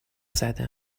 زده